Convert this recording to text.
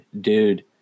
dude